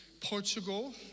Portugal